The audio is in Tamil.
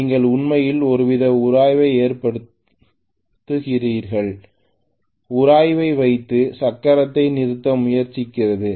நீங்கள் உண்மையில் ஒருவித உராய்வை ஏற்படுத்துகிறீர்கள் உராய்வை வைத்து சக்கரத்தை நிறுத்த முயற்சிக்கிறது